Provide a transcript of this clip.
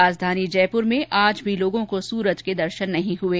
राजधानी जयपुर में आज भी लोगों को सूरज के दर्शन नहीं हुये